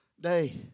day